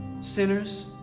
sinners